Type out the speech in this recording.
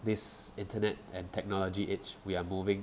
this internet and technology age we are moving